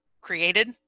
created